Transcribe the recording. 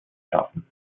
schaffen